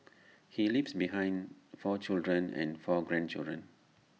he leaves behind four children and four grandchildren